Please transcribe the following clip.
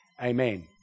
amen